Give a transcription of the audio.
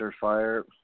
fire